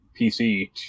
PC